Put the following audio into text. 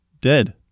dead